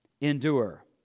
endure